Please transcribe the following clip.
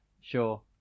sure